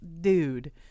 dude